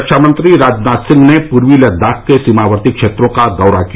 रक्षामंत्री राजनाथ सिंह ने पूर्वी लद्दाख के सीमावर्ती क्षेत्रों का दौरा किया